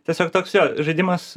tiesiog toks jo žaidimas